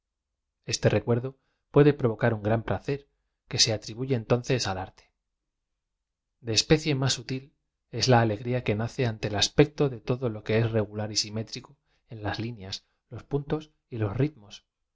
este recuerdo pue de provocar un gran placer que se atribuye entonces al arte ü e especie ms sutil es la alegría que nace ante el aspecto de todo lo que es regular y simétrico en las llueas los puntos y los ritmos